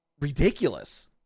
ridiculous